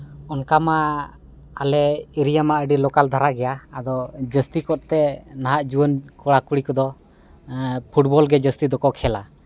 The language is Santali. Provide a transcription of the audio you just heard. ᱚᱱᱠᱟᱢᱟ ᱟᱞᱮ ᱮᱨᱤᱭᱟ ᱢᱟ ᱟᱹᱰᱤ ᱞᱳᱠᱟᱞ ᱫᱷᱟᱨᱟ ᱜᱮᱭᱟ ᱟᱫᱚ ᱡᱟᱹᱥᱛᱤ ᱠᱟᱨᱛᱮ ᱱᱟᱦᱟᱜ ᱡᱩᱣᱟᱹᱱ ᱠᱚᱲᱟ ᱠᱩᱲᱤ ᱠᱚᱫᱚ ᱯᱷᱩᱴᱵᱚᱞ ᱜᱮ ᱡᱟᱹᱥᱛᱤ ᱫᱚᱠᱚ ᱠᱷᱮᱞᱟ